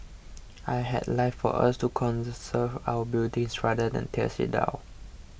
I had like for us to conserve our buildings rather than tears it down